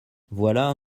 voilà